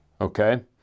okay